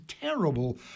terrible